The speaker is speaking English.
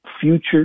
future